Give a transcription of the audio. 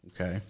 Okay